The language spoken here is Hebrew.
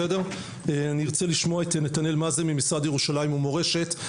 אני ארצה לשמוע את נתנאל מזא"ה ממשרד ירושלים ומורשת.